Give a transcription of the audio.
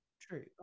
true